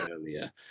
earlier